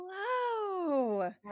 Hello